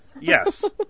Yes